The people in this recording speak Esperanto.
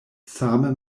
same